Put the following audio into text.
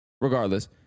Regardless